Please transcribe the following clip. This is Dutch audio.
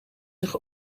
zich